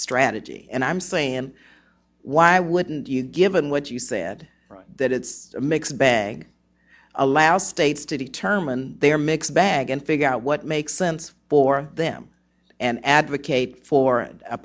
strategy and i'm saying why wouldn't you given what you said that it's a mixed bag allow states to determine their mixed bag and figure out what makes sense for them and advocate for a